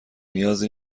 نیازی